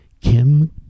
Kim